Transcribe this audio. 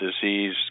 disease